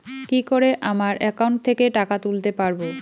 কি করে আমার একাউন্ট থেকে টাকা তুলতে পারব?